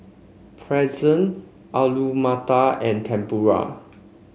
Pretzel Alu Matar and Tempura